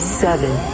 seven